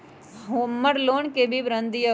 हमर लोन के विवरण दिउ